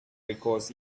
because